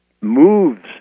moves